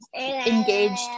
engaged